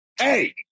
hey